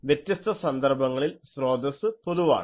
വ്യത്യസ്ത സന്ദർഭങ്ങളിൽ സ്രോതസ്സ് പൊതുവാണ്